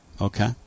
Okay